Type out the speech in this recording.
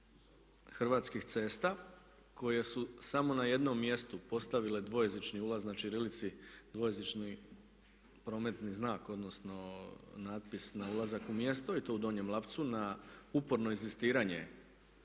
Hrvatskih cesta koje su samo na jednom mjestu postavile dvojezični ulaz na ćirilici, dvojezični prometni znak, odnosno natpis na ulazak u mjesto i to u Donjem Lapcu na uporno inzistiranje,